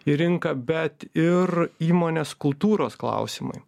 į rinką bet ir įmonės kultūros klausimai